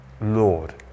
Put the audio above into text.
lord